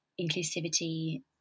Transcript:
inclusivity